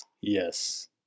Yes